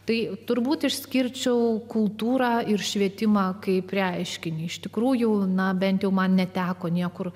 tai turbūt išskirčiau kultūrą ir švietimą kaip reiškinį iš tikrųjų na bent jau man neteko niekur